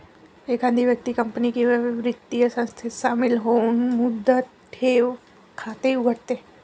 एखादी व्यक्ती कंपनी किंवा वित्तीय संस्थेत शामिल होऊन मुदत ठेव खाते उघडते